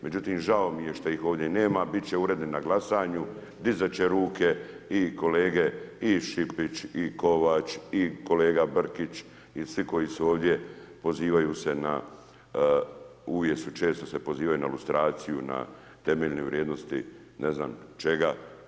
Međutim žao mi je što ih ovdje nema a biti će uredno na glasanju, dizati će ruke i kolege i Šipić i Kovač i kolega Brkić i svi koji su ovdje, pozivaju se, uvijek se često se pozivaju na lustraciju, na temeljne vrijednosti ne znam čega.